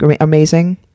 amazing